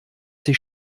sich